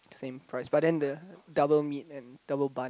same price but then the double meat and double bun